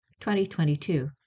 2022